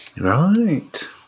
Right